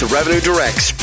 RevenueDirect's